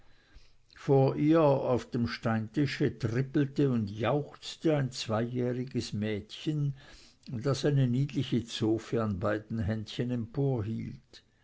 vor ihr auf dem steintische trippelte und jauchzte ein zweijähriges mädchen das eine niedliche zofe an beiden händchen